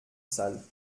salle